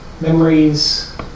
memories